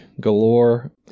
galore